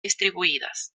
distribuidas